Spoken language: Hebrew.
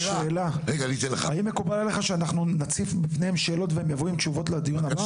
האם מקובל עליך שנציף בפניהם שאלות והם יבואו עם תשובות לדיון הבא?